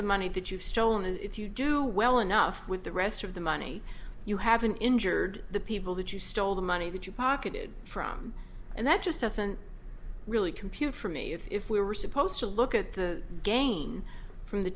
the money that you've stolen and if you do well enough with the rest of the money you haven't injured the people that you stole the money that you pocketed from and that just doesn't really compute for me if we were supposed to look at the game from the